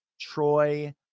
Troy